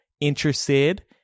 interested